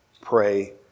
pray